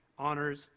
honors,